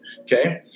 okay